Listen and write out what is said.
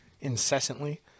incessantly